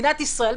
מדינת ישראל,